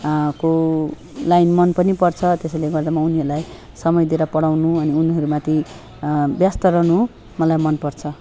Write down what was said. को लाइन मन पनि पर्छ त्यसैले गर्दा म उनीहरूलाई समय दिएर पढाउनु अनि उनीहरू माथि व्यस्त रहनु मलाई मनपर्छ